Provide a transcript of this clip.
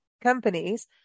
companies